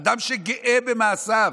אדם שגאה במעשיו,